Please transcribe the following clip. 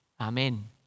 Amen